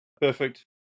perfect